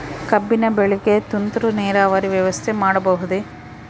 ಕಬ್ಬಿನ ಬೆಳೆಗೆ ತುಂತುರು ನೇರಾವರಿ ವ್ಯವಸ್ಥೆ ಮಾಡಬಹುದೇ?